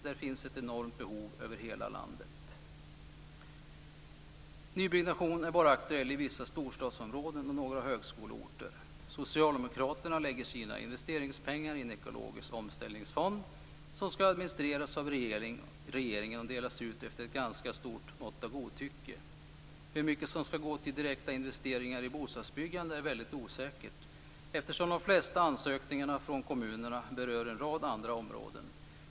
Där finns det ett enormt behov över hela landet. Nybyggnation är bara aktuell i vissa storstadsområden och några högskoleorter. Socialdemokraterna lägger sina investeringspengar i en ekologisk omställningsfond som skall administreras av regeringen och delas ut med ett ganska stort mått av godtycke. Hur mycket som skall gå till direkta investeringar i form av bostadsbyggande är väldigt osäkert eftersom de flesta ansökningar från kommunerna berör en rad andra områden.